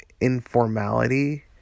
informality